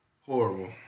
Horrible